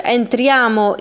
entriamo